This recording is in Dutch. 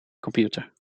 computer